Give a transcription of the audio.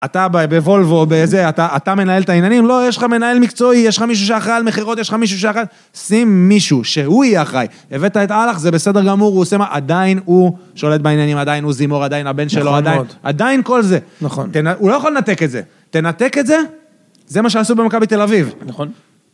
אתה ב.. בוולבו, בזה.. אתה מנהל את העניינים? לא, יש לך מנהל מקצועי, יש לך מישהו שאחראי על מכירות, יש לך מישהו שאחראי על... שים מישהו, שהוא יהיה אחראי, הבאת את הלאך זה בסדר גמור, הוא עושה מה? עדיין הוא שולט בעניינים, עדיין הוא זימור, עדיין הבן שלו, נכון מאוד, עדיין כל זה. נכון. הוא לא יכול לנתק את זה, תנתק את זה, זה מה שעשו במכבי תל אביב. נכון.